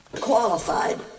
Qualified